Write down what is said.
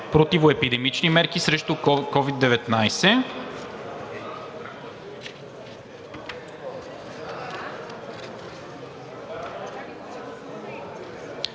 противоепидемични мерки срещу COVID-19.